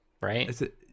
right